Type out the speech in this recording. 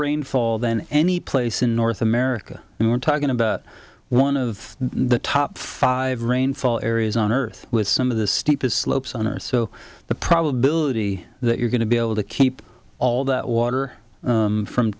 rainfall than any place in north america and we're talking about one of the top five rainfall areas on earth with some of the steepest slopes on earth so the probability that you're going to be able to keep all that water from